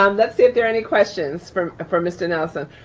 um let's see if there are any questions for for mr. nelson.